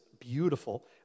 beautiful